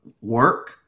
work